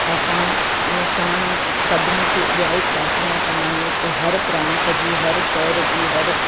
असां सां सभिनी खे इहा ई प्राथना कंदा आहियूं त हर प्रांत जी हर शहर जी हर